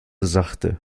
sachte